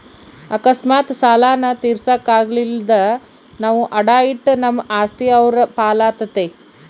ಅಕಸ್ಮಾತ್ ಸಾಲಾನ ತೀರ್ಸಾಕ ಆಗಲಿಲ್ದ್ರ ನಾವು ಅಡಾ ಇಟ್ಟ ನಮ್ ಆಸ್ತಿ ಅವ್ರ್ ಪಾಲಾತತೆ